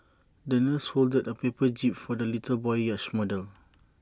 the nurse folded A paper jib for the little boy's yacht model